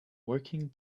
working